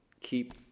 keep